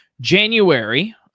January